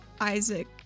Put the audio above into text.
Isaac